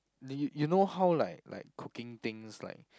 you you know like like cooking things like